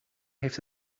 heeft